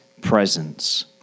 presence